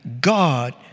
God